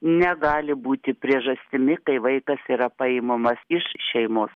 negali būti priežastimi kai vaikas yra paimamas iš šeimos